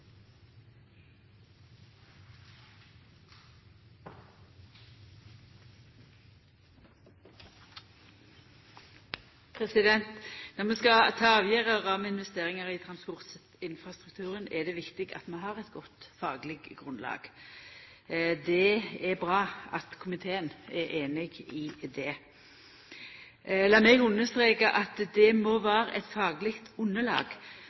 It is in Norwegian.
det viktig at vi har eit godt fagleg grunnlag. Det er bra at komiteen er einig i det. Lat meg streka under at det må vera eit fagleg underlag.